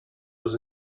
was